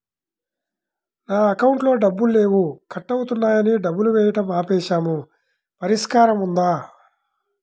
నా అకౌంట్లో డబ్బులు లేవు కట్ అవుతున్నాయని డబ్బులు వేయటం ఆపేసాము పరిష్కారం ఉందా?